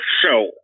show